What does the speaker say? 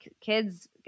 kids